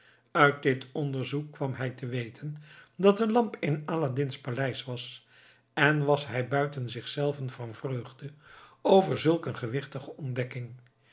uit dit onderzoek kwam hij te weten dat de lamp in aladdin's paleis was en was hij buiten zich zelven van vreugde over zulk een gewichtige ontdekking